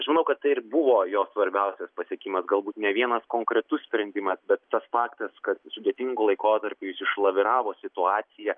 aš manau kad tai ir buvo jo svarbiausias pasiekimas galbūt ne vienas konkretus sprendimas bet tas faktas kad sudėtingu laikotarpiu jis išlaviravo situaciją